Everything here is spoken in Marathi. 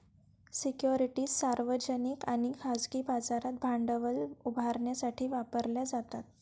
सिक्युरिटीज सार्वजनिक आणि खाजगी बाजारात भांडवल उभारण्यासाठी वापरल्या जातात